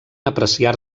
apreciar